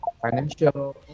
financial